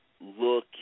look